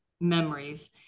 memories